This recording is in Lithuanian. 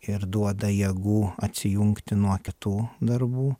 ir duoda jėgų atsijungti nuo kitų darbų